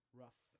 rough